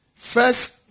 First